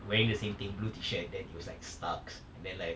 wearing the same thing blue T-shirt then it was like starks and then like